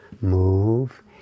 move